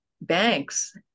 banks